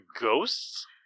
Ghosts